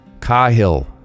Cahill